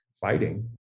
fighting